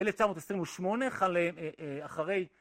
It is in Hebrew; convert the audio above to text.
1928, אחרי...